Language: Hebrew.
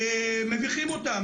ומדיחים אותם,